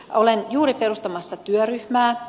olen juuri perustamassa työryhmää